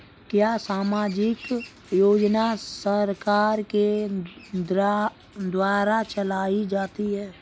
क्या सामाजिक योजना सरकार के द्वारा चलाई जाती है?